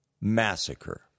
massacre